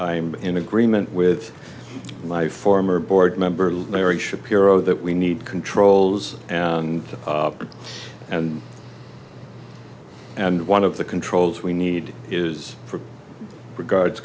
i'm in agreement with my former board member larry shapiro that we need controls and and and one of the controls we need is for regards